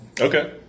Okay